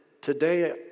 today